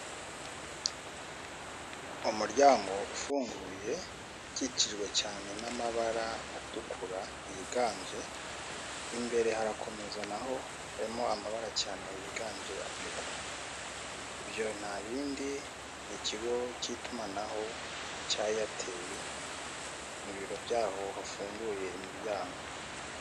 Umuryango ufunguye, ukikijwe cyane n'amabara atukura yiganje, imbere harakomeza naho harimo amabara cyane yiganje atukura. Ibyo nta bindi ni ikigo cy'itumanaho cya Eyateri mu biro byaho hafunguye imiryango.